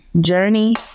journey